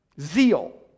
Zeal